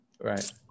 right